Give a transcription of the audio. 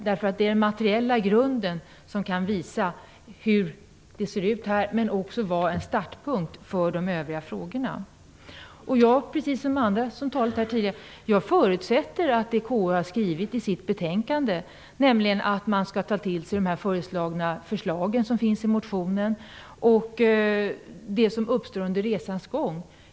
Det ger den materiella grund som kan visa hur det ser ut nu och också utgöra en startpunkt för de övriga frågorna. Precis som andra förutsätter jag att det KU har skrivit i sitt betänkande, nämligen att man skall ta till sig det som finns föreslaget i motionen och det som uppstår under resans gång.